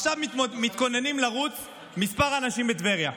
עכשיו מתכוננים לרוץ כמה אנשים בטבריה.